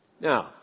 Now